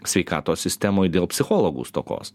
sveikatos sistemoj dėl psichologų stokos